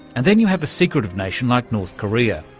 and then you have a secretive nation like north korea.